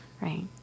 right